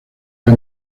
los